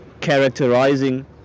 characterizing